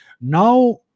Now